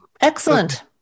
excellent